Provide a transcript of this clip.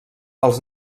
els